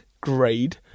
grade